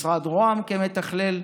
משרד רה"מ כמתכלל,